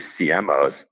CMOs